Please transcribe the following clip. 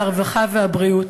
הרווחה והבריאות,